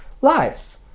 lives